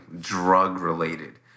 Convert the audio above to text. drug-related